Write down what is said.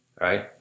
Right